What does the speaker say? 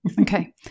Okay